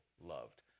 loved